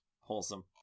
Wholesome